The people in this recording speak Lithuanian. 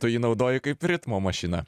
tu jį naudoji kaip ritmo mašiną